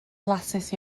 flasus